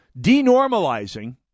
denormalizing